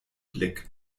blick